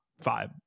five